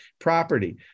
property